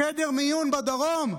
לחדר מיון בדרום,